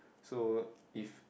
so if